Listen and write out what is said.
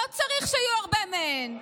לא צריך אפשר שיהיו הרבה מהן.